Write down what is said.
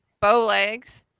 Bowlegs